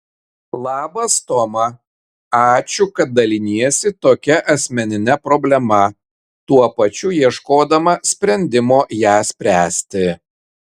labas toma ačiū kad daliniesi tokia asmenine problema tuo pačiu ieškodama sprendimo ją spręsti